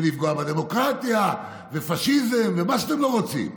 לפגוע בדמוקרטיה ופשיזם ומה שאתם לא רוצים.